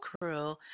crew